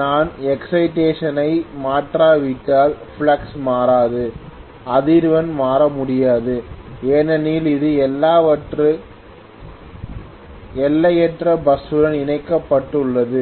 நான் எக்சைடேஷன் ஐ மாற்றாவிட்டால் ஃப்ளக்ஸ் மாறாது அதிர்வெண் மாற முடியாது ஏனெனில் அது எல்லையற்ற பஸ் ஸுடன் இணைக்கப்பட்டுள்ளது